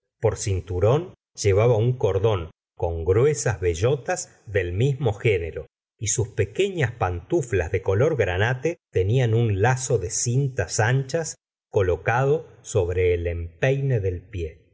por cinturón llevaba un cordón con gruesas bellotas del mismo género y sus pequeñas pantuflas de color granate tenían un lazo de cintas anchas colocado sobre el empeine del pie